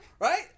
Right